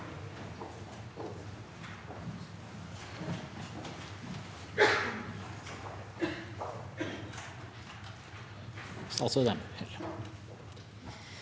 Det er også helt